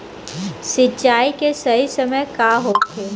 सिंचाई के सही समय का होखे?